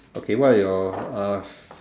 okay what are your uh